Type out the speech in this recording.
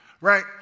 right